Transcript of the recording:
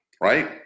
right